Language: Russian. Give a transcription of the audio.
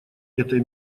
этой